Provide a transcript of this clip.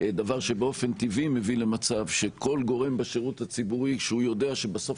דבר שבאופן טבעי מביא למצב שכל גורם בשירות הציבורי שיודע שבסוף